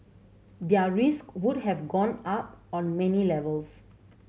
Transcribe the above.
their risk would have gone up on many levels